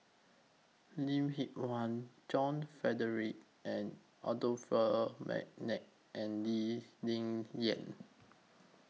Lim Hwee Hua John Frederick Adolphus Mcnair and Lee Ling Yen